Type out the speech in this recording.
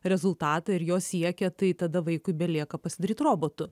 rezultatą ir jo siekia tai tada vaikui belieka pasidaryt robotu